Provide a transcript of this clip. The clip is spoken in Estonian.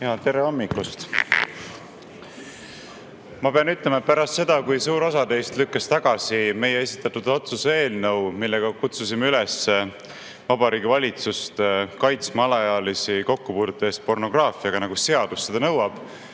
Tere hommikust! Ma pean ütlema, et pärast seda, kui suur osa teist lükkas tagasi meie esitatud otsuse eelnõu, millega kutsusime Vabariigi Valitsust üles kaitsma alaealisi kokkupuudete eest pornograafiaga, nagu seadus seda nõuab,